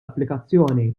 applikazzjoni